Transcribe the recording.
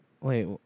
Wait